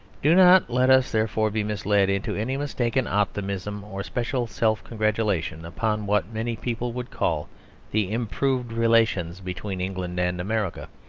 do not let us therefore be misled into any mistaken optimism or special self-congratulation upon what many people would call the improved relations between england and america.